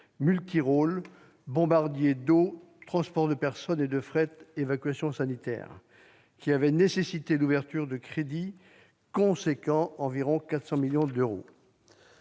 multirôles »- bombardiers d'eau, transport de personnes et de fret, évacuation sanitaire -, qui avait nécessité l'ouverture de crédits considérables, à savoir environ 400 millions d'euros.